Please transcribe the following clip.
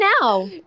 now